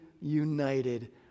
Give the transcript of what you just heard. united